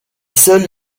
seules